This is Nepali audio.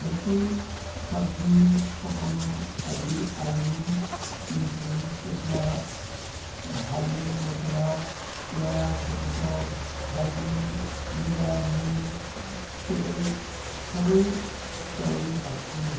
जस्तै सब्जी पकाउनअघि आलु लिन्छु त्यसमा हाल्ने मसला पियाज टमाटर हर्दी जिरा नुन तेल सबै तयारी राख्छु